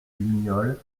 lignol